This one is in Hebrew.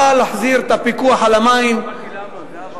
בא להחזיר את הפיקוח על המים לכנסת.